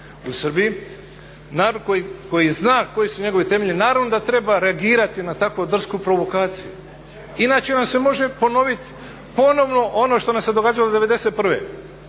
u Srbiji, narod koji zna koji su njegovi temelji naravno da treba reagirati na tako drsku provokaciju. Inače nam se može ponoviti ponovno ono što nam se događalo '91.